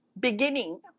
beginning